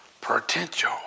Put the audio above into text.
potential